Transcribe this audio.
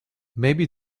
maybe